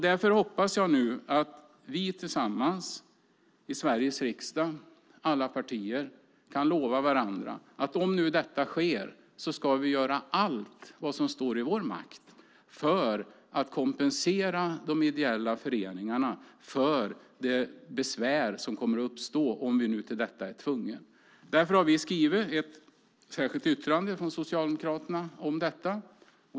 Därför hoppas jag nu att vi tillsammans, alla partier i Sveriges riksdag, kan lova varandra att vi då ska göra allt som står i vår makt för att kompensera de ideella föreningarna för det besvär som kommer att uppstå om vi nu blir tvungna att genomföra detta. Därför har vi i Socialdemokraterna skrivit ett särskilt yttrande om detta.